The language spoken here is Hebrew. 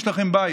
יש לכם בית,